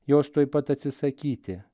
jos tuoj pat atsisakyti